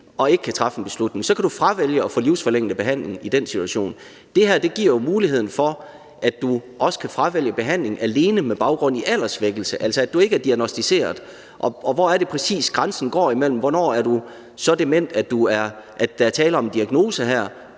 og ikke kan træffe en beslutning, og så kan du fravælge at få en livsforlængende behandling i den situation. Det her giver jo muligheden for, at du også kan fravælge behandling alene med baggrund i alderssvækkelse, altså at du ikke er diagnosticeret. Hvor er det præcis, grænsen går imellem, at du er så dement, at der er tale om en diagnose,